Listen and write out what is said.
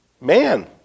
Man